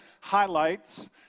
highlights